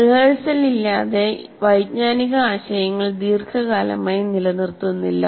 റിഹേഴ്സലില്ലാതെ വൈജ്ഞാനിക ആശയങ്ങൾ ദീർഘകാലമായി നിലനിർത്തുന്നില്ല